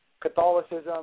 Catholicism